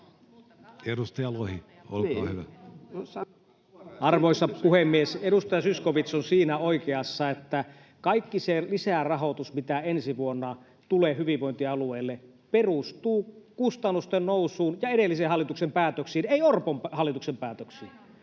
Time: 16:25 Content: Arvoisa puhemies! Edustaja Zyskowicz on oikeassa siinä, että kaikki se lisärahoitus, mitä ensi vuonna tulee hyvinvointialueelle, perustuu kustannusten nousuun ja edellisen hallituksen päätöksiin, ei Orpon hallituksen päätöksiin.